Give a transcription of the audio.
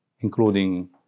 including